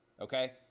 okay